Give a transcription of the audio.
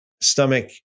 stomach